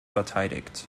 verteidigt